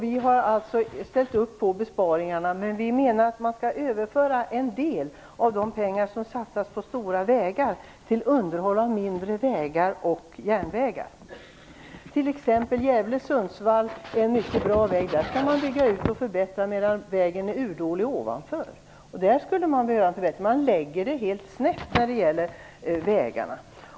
Vi har alltså ställt upp på besparingarna, men vi menar att man skall överföra en del av de pengar som satsas på stora vägar till underhåll av mindre vägar och järnvägar. Vägen mellan Gävle och Sundsvall är t.ex. en mycket bra väg. Den skall man bygga ut och förbättra samtidigt som vägen är urdålig längre upp. Där skulle man behöva förbättra. Man är snett ute när det gäller vägarna.